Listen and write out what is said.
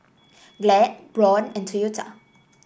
Glad Braun and Toyota